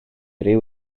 ryw